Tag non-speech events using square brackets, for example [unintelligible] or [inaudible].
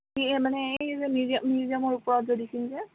[unintelligible] মানে এই যে মিউজিয়াম মিজিয়ামৰ ওপৰত যে দিছিল যে